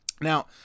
Now